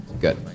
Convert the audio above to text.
Good